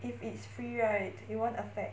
if it's free right it won't affect